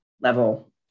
level